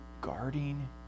guarding